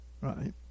Right